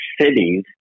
cities